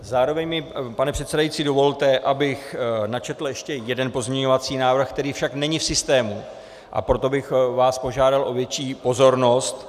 Zároveň mi, pane předsedající, dovolte, abych načetl ještě jeden pozměňovací návrh, který však není v systému, a proto bych vás požádal o větší pozornost...